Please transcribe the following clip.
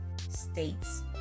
states